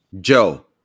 Joe